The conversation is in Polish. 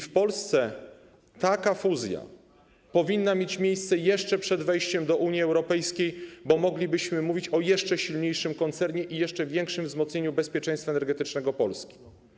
W Polsce taka fuzja powinna mieć miejsce jeszcze przed wejściem do Unii Europejskiej, bo moglibyśmy mówić o jeszcze silniejszym koncernie i jeszcze większym wzmocnieniu bezpieczeństwa energetycznego Polski.